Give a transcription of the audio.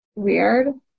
weird